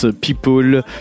People